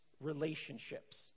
relationships